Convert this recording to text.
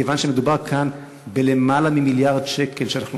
מכיוון שמדובר כאן ביותר ממיליארד שקל שאנחנו